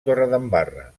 torredembarra